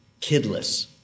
kidless